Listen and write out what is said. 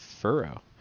Furrow